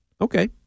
Okay